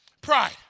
Pride